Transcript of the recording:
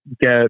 get